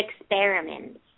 experiments